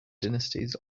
dynasties